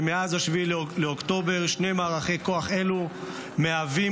שמאז 7 באוקטובר שני מערכי כוח אלה מהווים